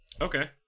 Okay